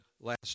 last